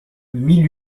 mille